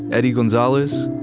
eddie gonzalez,